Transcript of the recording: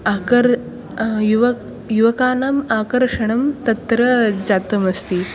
आकर् युव युवकानाम् आकर्षणं तत्र जातमस्ति